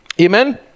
Amen